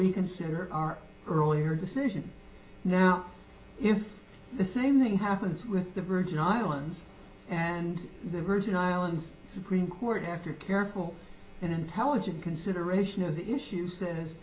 reconsider our earlier decision now if the same thing happens with the virgin islands and virgin islands supreme court after careful and intelligent consideration of the issues